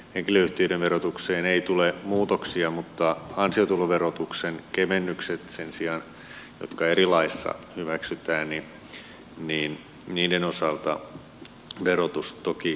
henkilöyhtiöiden verotukseen ei tule muutoksia mutta ansiotuloverotuksen kevennykset sen sijaan jotka eri laissa hyväksytään niiden osalta verotus toki lievenee